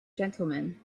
gentlemen